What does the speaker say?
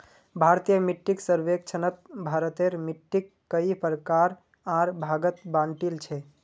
भारतीय मिट्टीक सर्वेक्षणत भारतेर मिट्टिक कई प्रकार आर भागत बांटील छे